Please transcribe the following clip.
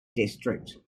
district